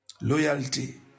loyalty